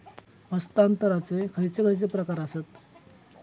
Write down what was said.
हस्तांतराचे खयचे खयचे प्रकार आसत?